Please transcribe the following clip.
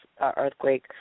earthquake